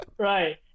Right